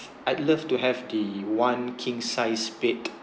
I'd love to have the one king size bed